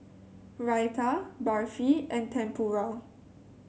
Raita Barfi and Tempura